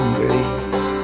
grace